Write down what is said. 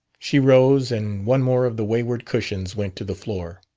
she rose, and one more of the wayward cushions went to the floor.